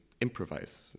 improvise